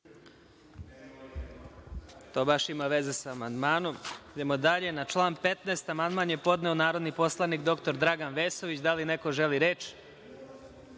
To baš ima veze sa amandmanom. Idemo dalje. Na član 15. amandman je podneo narodni poslanik dr Dragan Vesović. Da li neko želi reč?